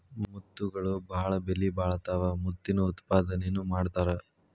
ಮುತ್ತುಗಳು ಬಾಳ ಬೆಲಿಬಾಳತಾವ ಮುತ್ತಿನ ಉತ್ಪಾದನೆನು ಮಾಡತಾರ